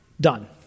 done